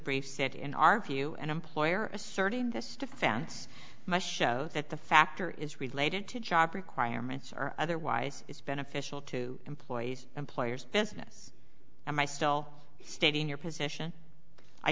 brief said in our view an employer asserting this defense must show that the factor is related to job requirements or otherwise is beneficial to employees employers business am i still stating your position i